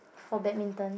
for badminton